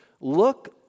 look